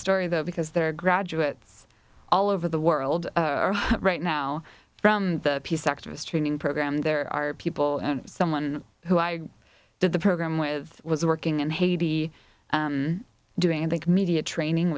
story though because there are graduates all over the world right now from the peace activist training program there are people and someone who i did the program with was working in haiti doing a big media training